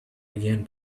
began